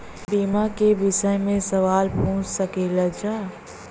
बीमा के विषय मे सवाल पूछ सकीलाजा?